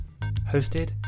hosted